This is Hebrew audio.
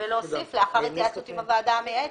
ולהוסיף לאחר התייעצות עם הוועדה המייעצת.